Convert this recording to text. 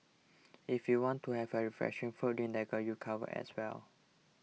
if you want to have a refreshing fruit drink they got you covered as well